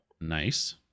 Nice